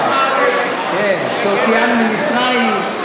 שהוציאנו ממצרים,